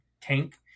tank